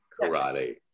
karate